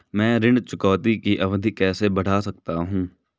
मैं ऋण चुकौती की अवधि कैसे बढ़ा सकता हूं?